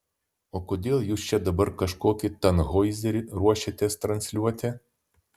o kodėl jūs čia dabar kažkokį tanhoizerį ruošiatės transliuoti